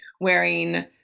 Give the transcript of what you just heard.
wearing